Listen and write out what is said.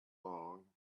long